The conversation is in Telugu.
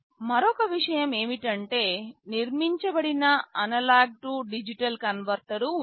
మరియు మరొక విషయం ఏమిటంటే నిర్మించబడిన అనలాగ్ టు డిజిటల్ కన్వర్టర్ ఉంది